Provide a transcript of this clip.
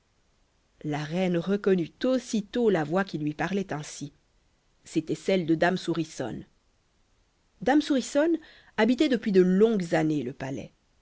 la reine reconnut aussitôt la voix qui lui parlait ainsi c'était celle de dame souriçonne dame souriçonne habitait depuis de longues années le palais